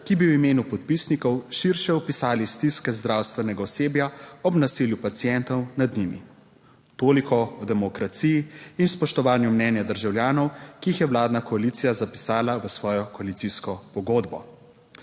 ki bi v imenu podpisnikov širše opisali stiske zdravstvenega osebja ob nasilju pacientov nad njimi. Toliko o demokraciji in spoštovanju mnenja državljanov, ki jih je vladna koalicija zapisala v svojo koalicijsko pogodbo.